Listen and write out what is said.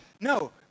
No